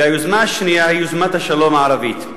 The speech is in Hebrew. והיוזמה השנייה היא יוזמת השלום הערבית.